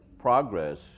progress